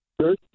Sure